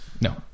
No